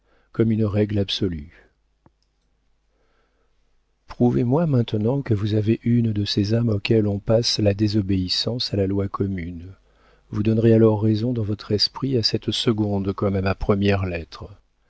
comme une règle absolue prouvez-moi maintenant que vous avez une de ces âmes auxquelles on passe la désobéissance à la loi commune vous donnerez alors raison dans votre esprit à cette seconde comme à ma première lettre